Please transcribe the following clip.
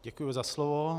Děkuji za slovo.